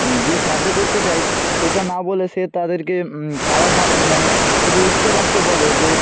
যে সার্ভে করতে দেয় সেটা না বলে সে তাদেরকে খারাপ ভা মানে খুবই উচ্চবাক্যে বলে যে